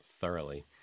thoroughly